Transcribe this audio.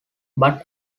but